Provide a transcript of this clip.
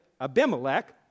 Abimelech